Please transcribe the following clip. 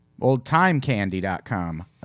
Oldtimecandy.com